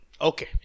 Okay